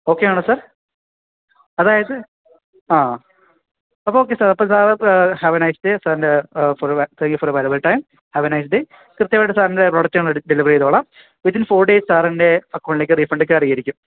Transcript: okay ആണോ sir അതായത് ആ അപ്പോള് ഓക്കെ സാർ അപ്പോള് സാർ ഹാവെ നൈസ് ഡേ സാറിൻ്റെ for thank you for your valuable time have nice day കൃത്യമായിട്ട് സാറിൻ്റെ പ്രോഡക്റ്റ് ഞങ്ങളെടുത്ത് ഡെലിവറി ചെയ്തോളാം വിതിൻ ഫോർ ഡേയ്സ് സാറിൻ്റെ അക്കൗണ്ടിലേക്ക് റീഫണ്ട് കയറിയിരിക്കും